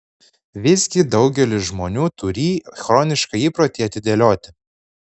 visgi daugelis žmonių turį chronišką įprotį atidėlioti